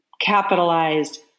capitalized